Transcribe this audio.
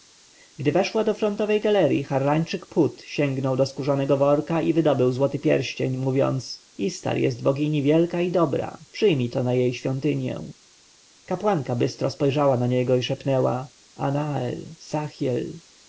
gdy weszła do frontowej galerji harrańczyk phut sięgnął do skórzanego worka i wydobył złoty pierścień mówiąc istar jest bogini wielka i dobra przyjmij to na jej świątynię kapłanka bystro spojrzała na niego i szepnęła anael sachiel